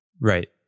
Right